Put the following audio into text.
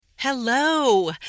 Hello